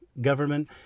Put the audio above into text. government